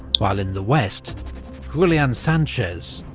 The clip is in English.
while in the west julian sanchez,